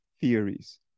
theories